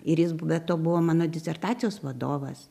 ir jis be to buvo mano disertacijos vadovas